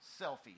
Selfie